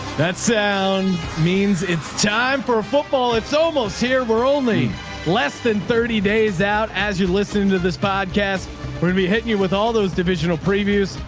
that sound means it's time for football. it's almost here. we're only less than thirty days out. as you listened to this podcast, we're going to be hitting you with all those divisional previous,